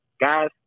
guys